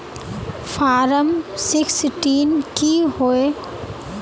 Form sixteen की होय?